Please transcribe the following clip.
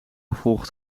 gevolg